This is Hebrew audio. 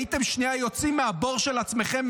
אם הייתם שנייה יוצאים מהבור של עצמכם,